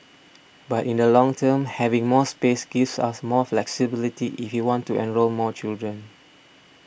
but in the long term having more space gives us more flexibility if we want to enrol more children